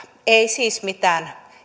ei siis mitään